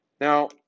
Now